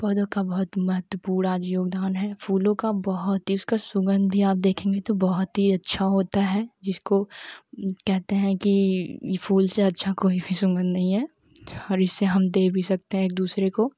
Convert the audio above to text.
पौधों का बहुत महत्वपूर्ण आज योगदान है फूलों का बहुत ही उसका सुगंध ही आप देखेंगे तो बहुत ही अच्छा होता है जिसको कहते हैं ही इ फूल से अच्छा कोई भी सुगंध नहीं है और इसे हम दे भी सकते हैं एक दुसरे को